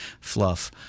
fluff